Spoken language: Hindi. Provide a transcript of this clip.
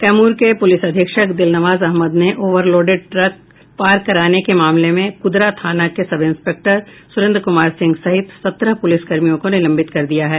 कैमूर के पुलिस अधीक्षक दिल नवाज अहमद ने ओवरलोडेड ट्रक पार कराने के मामले में कुदरा थाना के सब इंस्पेक्टर सुरेंद्र कुमार सिंह सहित सत्रह पुलिसकर्मियों को निलंबित कर दिया है